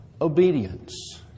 obedience